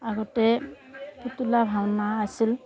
আগতে পুতলা ভাওনা আছিল